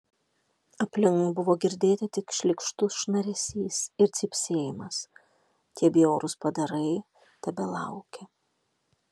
aplink buvo girdėti tik šlykštus šnaresys ir cypsėjimas tie bjaurūs padarai tebelaukė